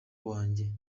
wanjye